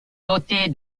doté